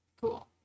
cool